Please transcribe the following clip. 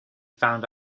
found